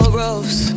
ropes